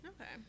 okay